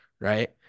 right